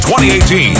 2018